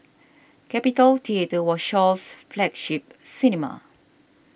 Capitol Theatre was Shaw's flagship cinema